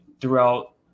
throughout